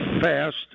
fast